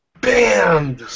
BAM